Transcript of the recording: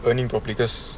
owning properly cause